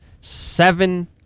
Seven